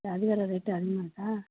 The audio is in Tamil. அது வேறே ரேட்டு அதிகமாக இருக்கா